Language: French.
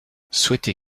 souhaiter